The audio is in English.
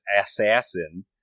Assassin